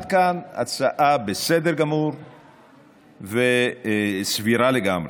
עד כאן ההצעה בסדר גמור וסבירה לגמרי.